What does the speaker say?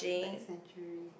like century